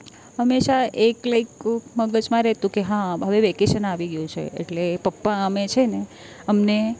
હંમેશા એક લાઇક મગજમાં રહેતું કે હા હવે વેકેશન આવી ગયું છે એટલે પપ્પા અમે છે ને અમને